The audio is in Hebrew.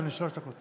אדוני, שלוש דקות.